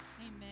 Amen